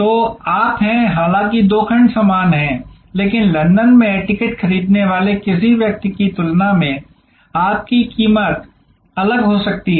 तो आप हैं हालांकि दो खंड समान हैं लेकिन लंदन में टिकट खरीदने वाले किसी व्यक्ति की तुलना में आपकी कीमत अलग हो सकती है